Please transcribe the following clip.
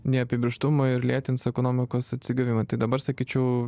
neapibrėžtumą ir lėtins ekonomikos atsigavimą tai dabar sakyčiau